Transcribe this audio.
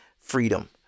freedom